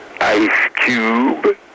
Ice-Cube